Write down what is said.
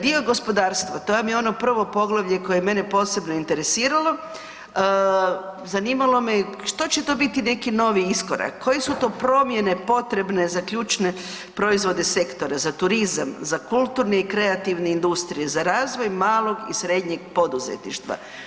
Dio gospodarstvo, to vam je ono prvo poglavlje koje je mene posebno interesiralo, zanimalo me je što će to biti neki novi iskorak, koje su to promjene potrebne za ključne proizvode sektora, za turizam, za kulturne i kreativne industrije, za razvoj malog i srednjeg poduzetništva?